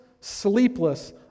sleepless